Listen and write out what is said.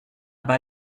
bas